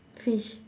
fish